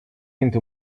into